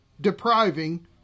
depriving